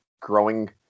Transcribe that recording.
growing